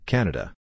Canada